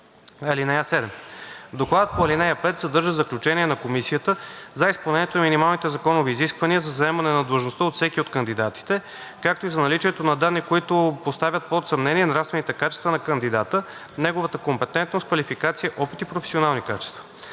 чл. 34. (7) Докладът по ал. 5 съдържа заключение на комисията за изпълнението на минималните законови изисквания за заемане на длъжността от всеки от кандидатите, както и за наличието на данни, които поставят под съмнение нравствените качества на кандидата, неговата компетентност, квалификация, опит и професионални качества.